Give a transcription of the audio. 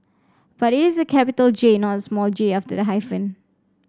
but it's a capital J not a small j after the hyphen